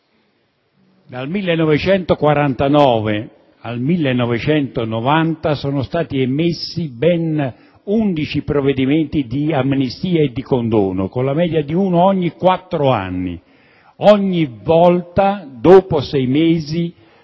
Dal 1949 al 1990 sono stati emessi ben 11 provvedimenti di amnistia e di condono, con la media di uno ogni quattro anni, sempre